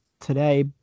today